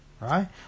right